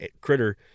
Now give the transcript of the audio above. critter